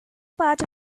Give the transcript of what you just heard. part